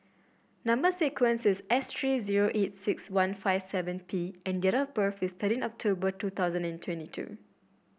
number sequence is S three zero eight six one five seven P and date of birth is thirteen October two thousand and twenty two